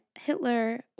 Hitler